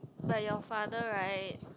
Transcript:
but your father [right]